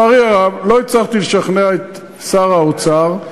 לצערי הרב, לא הצלחתי לשכנע את שר האוצר.